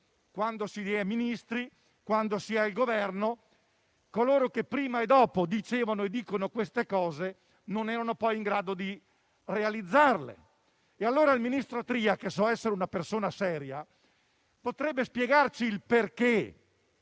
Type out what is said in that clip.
quando erano Ministri o comunque membri del Governo, coloro che prima e dopo dicevano e dicono queste cose, non erano in grado di realizzarle. L'ex ministro Tria, che so essere una persona seria, potrebbe spiegarci perché,